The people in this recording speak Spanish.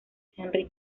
henry